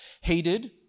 Hated